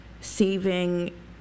saving